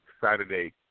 Saturday